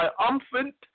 triumphant